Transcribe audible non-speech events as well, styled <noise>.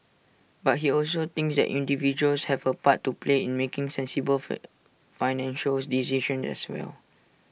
but he also thinks that individuals have A part to play in making sensible for <noise> financial decisions as well